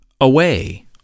away